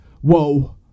Whoa